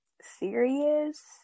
serious